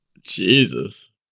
Jesus